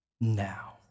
now